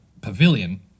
pavilion